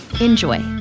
Enjoy